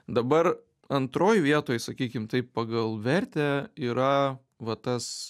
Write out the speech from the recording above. dabar antroj vietoj sakykim taip pagal vertę yra va tas